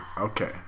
Okay